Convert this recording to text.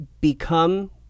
become